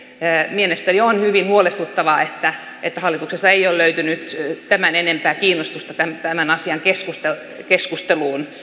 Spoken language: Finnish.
mielestäni on hyvin huolestuttavaa että että hallituksessa ei ole löytynyt tämän enempää kiinnostusta tämän tämän asian keskusteluun